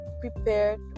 prepared